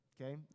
okay